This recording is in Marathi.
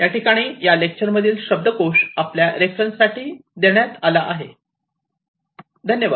अशाप्रकारे आपण लेक्चरच्या शेवटी पोहोचलो आहोत